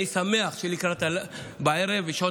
אני שמח שבשעות הערב